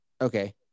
Okay